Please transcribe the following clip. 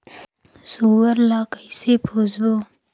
सुअर ला कइसे पोसबो?